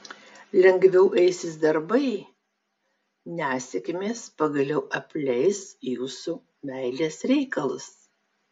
lengviau eisis darbai nesėkmės pagaliau apleis jūsų meilės reikalus